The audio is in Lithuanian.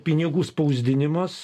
pinigų spausdinimas